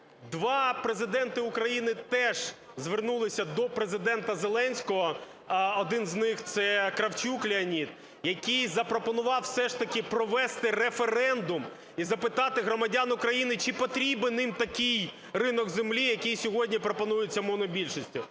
Два Президенти України теж звернулися до Президента Зеленського, один з них це Кравчук Леонід, який запропонував все ж таки провести референдум і запитати громадян України чи потрібен їм такий ринок землі, який сьогодні пропонується монобільшістю.